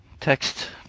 Text